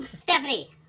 Stephanie